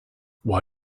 why